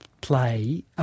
play